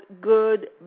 good